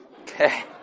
okay